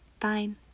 Fine